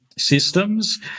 Systems